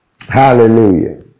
Hallelujah